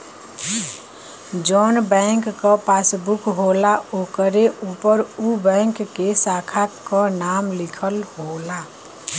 जौन बैंक क पासबुक होला ओकरे उपर उ बैंक के साखा क नाम लिखल होला